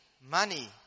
money